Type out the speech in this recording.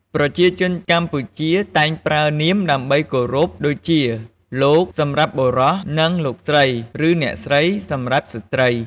ប្រជាជនកម្ពុជាតែងប្រើនាមដើម្បីគោរពដូចជា "លោក" សម្រាប់បុរស និង "លោកស្រី ឬអ្នកស្រី" សម្រាប់ស្ត្រី។